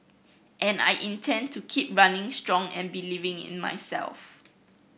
and I intend to keep running strong and believing in myself